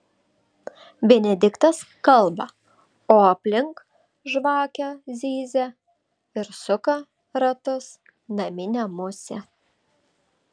benediktas kalba o aplink žvakę zyzia ir suka ratus naminė musė